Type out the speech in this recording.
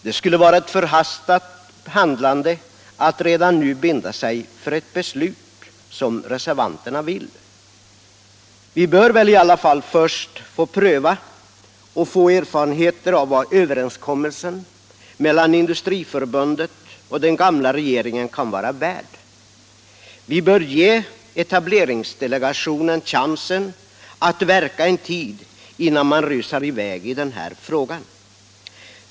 Det skulle vara ett förhastat handlande att redan nu binda sig för ett beslut, som reservanterna vill. Vi bör väl i alla fall först få pröva och få erfarenheter av vad överenskommelsen mellan Industriförbundet och den gamla regeringen kan vara värd. Vi bör ge etableringsdelegationen chansen att verka en tid innan man rusar i väg i den här frågan.